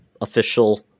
official